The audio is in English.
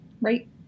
right